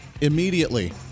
immediately